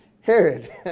Herod